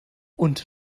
und